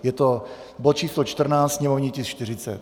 Je to bod číslo 14, sněmovní tisk 40.